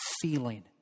feeling